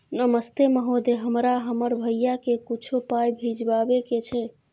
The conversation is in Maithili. नमस्ते महोदय, हमरा हमर भैया के कुछो पाई भिजवावे के छै?